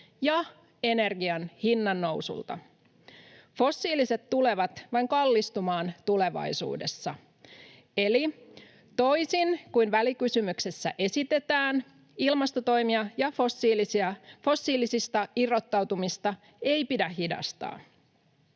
ja energian hinnannousulta. Fossiiliset tulevat vain kallistumaan tulevaisuudessa. Eli toisin kuin välikysymyksessä esitetään, ilmastotoimia ja fossiilisista irrottautumista ei pidä hidastaa.